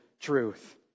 truth